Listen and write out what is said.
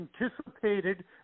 anticipated